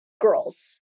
girls